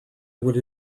would